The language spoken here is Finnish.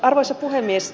arvoisa puhemies